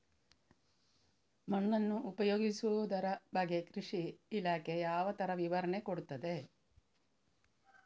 ಮಣ್ಣನ್ನು ಉಪಯೋಗಿಸುದರ ಬಗ್ಗೆ ಕೃಷಿ ಇಲಾಖೆ ಯಾವ ತರ ವಿವರಣೆ ಕೊಡುತ್ತದೆ?